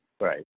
right